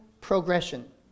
progression